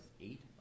eight